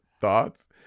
Thoughts